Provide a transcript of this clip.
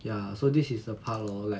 ya so this is the part lor like